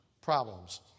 problems